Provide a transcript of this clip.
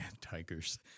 Tigers